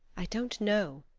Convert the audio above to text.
i don't know.